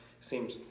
seems